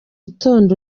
itonde